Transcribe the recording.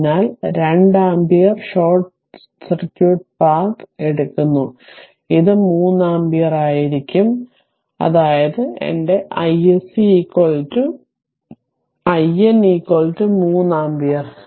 അതിനാൽ 2 ampere short circuit path എടുക്കുന്നു ഇത് 3 ആമ്പിയർ ആയിരിക്കും അതായത് എന്റെ iSC IN 3 ആമ്പിയർ